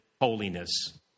holiness